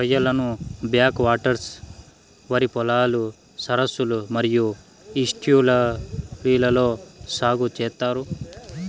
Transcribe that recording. రొయ్యలను back waters, వరి పొలాలు, సరస్సులు మరియు ఈస్ట్యూరీలలో సాగు చేత్తారు